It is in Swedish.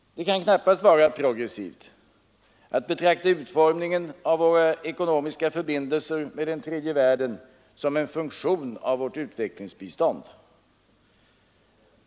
Det kan knappast vara progressivt att betrakta utformningen av våra ekonomiska förbindelser med den tredje världen som en funktion av vårt utvecklingsbistånd.